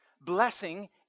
blessing